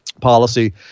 policy